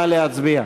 נא להצביע.